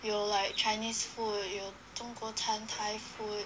有 like chinese food 有中国餐 thai food